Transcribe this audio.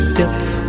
depth